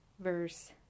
Verse